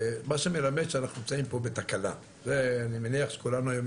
מה שמלמד שאנחנו נמצאים פה בתקלה,